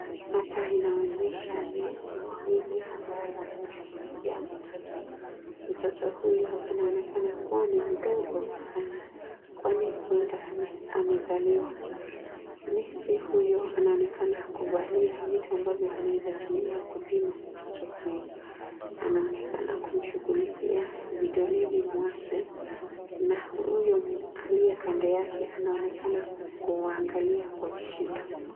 Hapa inaonyesha nesi wawili ambao wanamshughulikia mtoto. Mtoto huyu anaonekana kuwa ni mdogo sana kwani huenda amezaliwa. Nesi huyu anaonekana kuvalia vitu ambavyo anaweza tumia kupima mtoto huyu. Anaonekana kumshughulikia vidoleni mwake na huyo aliye kando yake anaonekana kumwangalia kwa kishindo.